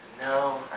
no